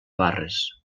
barres